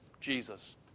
Jesus